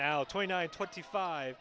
now twenty nine twenty five